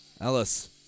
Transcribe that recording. Ellis